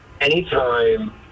anytime